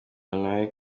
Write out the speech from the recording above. honore